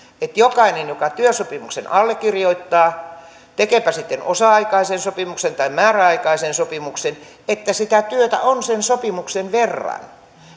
että jokaisella joka työsopimuksen allekirjoittaa tekeepä sitten osa aikaisen sopimuksen tai määräaikaisen sopimuksen sitä työtä on sen sopimuksen verran